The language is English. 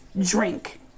drink